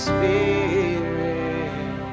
Spirit